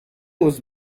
was